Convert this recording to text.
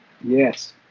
Yes